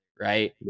right